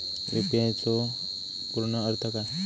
UPI चो पूर्ण अर्थ काय?